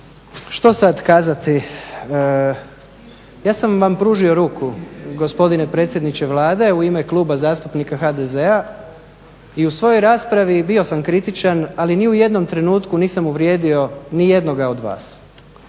Što sad kazati? Ja sam vam pružio ruku gospodine predsjedniče Vlade u ime Kluba zastupnika HDZ-a i u svojoj raspravi bio sam kritičan, ali ni u jednom trenutku nisam uvrijedio ni jednoga od vas.